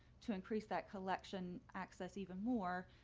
to increase that collection access even more,